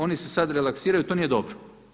Oni se sad relaksiraju, to nije dobro.